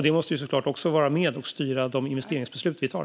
Det måste såklart vara med och styra de investeringsbeslut vi tar.